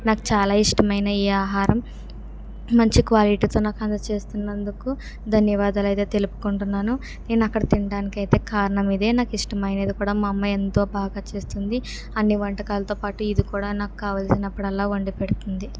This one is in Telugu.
నాకు చాలా ఇష్టమైన ఈ ఆహారం మంచి క్వాలిటీతో నాకు అందచేస్తున్నందుకు ధన్యవాదాలు అయితే తెలుపుకుంటున్నాను నేను అక్కడ తినడానికి అయితే కారణం ఇదే నాకు ఇష్టమైనది కూడా మా అమ్మ ఎంతో బాగా చేస్తుంది అన్ని వంటకాలతో పాటు ఇది కూడా నాకు కావలసినప్పుడల్లా వండి పెడుతుంది